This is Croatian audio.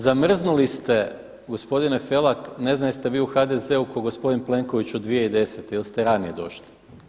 Zamrznuli ste gospodine Felak, ne znam jeste vi u HDZ-u kao gospodin Plenković od 2010. ili ste ranije došli?